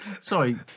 Sorry